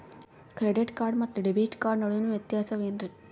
Credit card ಮತ್ತು debit card ನಡುವಿನ ವ್ಯತ್ಯಾಸ ವೇನ್ರೀ?